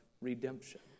redemption